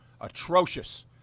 atrocious